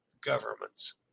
governments